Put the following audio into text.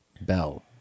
Bell